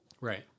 Right